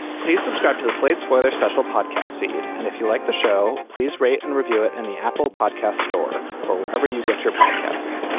please subscribe to slate's weather special podcast feed. and if you like the show please rate and review it in the apple podcast store or wherever you get your podcasts.